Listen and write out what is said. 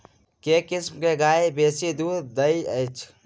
केँ किसिम केँ गाय बेसी दुध दइ अछि?